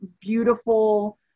beautiful